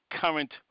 current